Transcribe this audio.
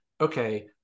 okay